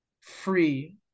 free